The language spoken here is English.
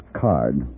card